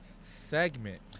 segment